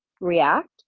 react